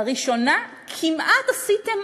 לראשונה, כמעט עשיתם